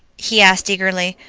he asked eagerly.